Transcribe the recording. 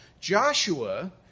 Joshua